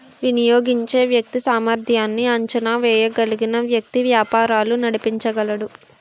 వినియోగించే వ్యక్తి సామర్ధ్యాన్ని అంచనా వేయగలిగిన వ్యక్తి వ్యాపారాలు నడిపించగలడు